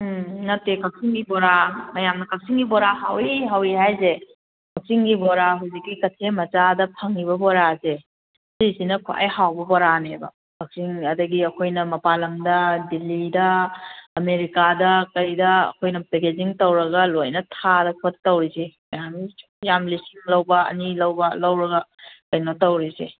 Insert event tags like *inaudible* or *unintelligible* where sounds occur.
ꯎꯝ ꯅꯠꯇꯦ ꯀꯛꯆꯤꯡꯒꯤ ꯕꯣꯔꯥ ꯃꯌꯥꯝꯅ ꯀꯛꯆꯤꯡꯒꯤ ꯕꯣꯔꯥ ꯍꯥꯎꯋꯤ ꯍꯥꯎꯋꯤ ꯍꯥꯏꯁꯦ ꯀꯛꯆꯤꯡꯒꯤ ꯕꯣꯔꯥ ꯍꯧꯖꯤꯛꯀꯤ ꯀꯩꯊꯦꯜ ꯃꯆꯥꯗ ꯐꯪꯉꯤꯕ ꯕꯣꯔꯥꯁꯦ ꯁꯤꯁꯤꯅ ꯈ꯭ꯋꯥꯏ ꯍꯥꯎꯕ ꯕꯣꯔꯥꯅꯦꯕ ꯀꯛꯆꯤꯡ ꯑꯗꯒꯤ ꯑꯩꯈꯣꯏꯅ ꯃꯄꯥꯟ ꯂꯝꯗ ꯗꯦꯂꯤꯗ ꯑꯃꯦꯔꯤꯀꯥꯗ ꯀꯩꯗ ꯑꯩꯈꯣꯏꯅ ꯄꯦꯀꯦꯖꯤꯡ ꯇꯧꯔꯒ ꯂꯣꯏꯅ ꯊꯥꯔ ꯈꯣꯠ ꯇꯧꯔꯤꯁꯦ ꯃꯌꯥꯝ *unintelligible* ꯂꯤꯁꯤꯡ ꯂꯧꯕ ꯑꯅꯤ ꯂꯧꯕ ꯂꯧꯔꯒ ꯀꯩꯅꯣ ꯇꯧꯔꯤꯁꯦ